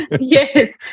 Yes